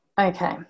Okay